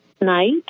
night